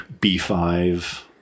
B5